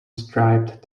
striped